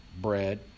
bread